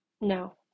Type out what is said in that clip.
No